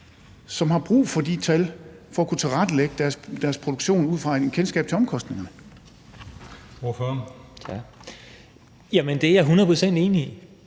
som har brug for de tal for at kunne tilrettelægge deres produktion, altså ud fra et kendskab til omkostningerne? Kl. 15:59 Den fg.